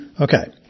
Okay